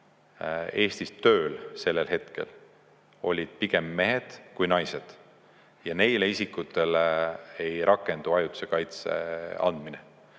Eestis tööl sellel hetkel, olid pigem mehed kui naised. Neile isikutele ei anta ajutist kaitset, neile